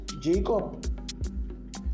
Jacob